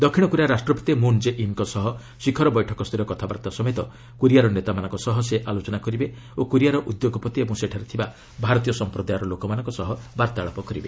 ଦକ୍ଷିଣ କୋରିଆ ରାଷ୍ଟ୍ରପତି ମୁନ୍ କେ ଇନ୍ଙ୍କ ସହ ଶିଖର ବୈଠକସ୍ତରୀୟ କଥାବାର୍ତ୍ତା ସମେତ କୋରିଆର ନେତାମାନଙ୍କ ସହ ସେ ଆଲୋଚନା କରିବେ ଓ କୋରିଆର ଉଦ୍ୟୋଗପତି ଏବଂ ସେଠାରେ ଥିବା ଭାରତୀୟ ସମ୍ପ୍ରଦାୟ ଲୋକମାନଙ୍କ ସହ ବାର୍ତ୍ତାଳାପ କରିବେ